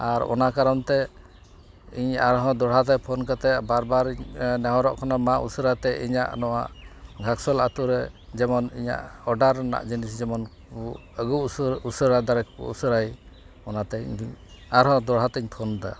ᱟᱨ ᱚᱱᱟ ᱠᱟᱨᱚᱱ ᱛᱮ ᱤᱧ ᱟᱨᱦᱚᱸ ᱫᱚᱲᱦᱟ ᱛᱮ ᱯᱷᱳᱱ ᱠᱟᱛᱮ ᱵᱟᱨ ᱵᱟᱨ ᱤᱧ ᱱᱮᱦᱚᱨᱚᱜ ᱠᱟᱱᱟ ᱢᱟ ᱩᱥᱟᱹᱨᱟ ᱛᱮ ᱤᱧᱟᱹᱜ ᱱᱚᱣᱟ ᱜᱷᱟᱥᱠᱮᱞ ᱟᱛᱳ ᱨᱮ ᱡᱮᱢᱚᱱ ᱤᱧᱟᱹᱜ ᱚᱰᱟᱨ ᱨᱮᱱᱟᱜ ᱡᱤᱱᱤᱥ ᱡᱮᱢᱚᱱ ᱟᱹᱜᱩ ᱩᱥᱟᱹ ᱩᱥᱟᱹᱨᱟ ᱫᱟᱲᱮ ᱠᱚ ᱩᱥᱟᱹᱨᱟᱭ ᱚᱱᱟ ᱛᱮ ᱤᱧ ᱫᱚᱧ ᱟᱨᱦᱚᱸ ᱫᱚᱲᱦᱟ ᱛᱮᱧ ᱯᱷᱳᱱ ᱮᱫᱟ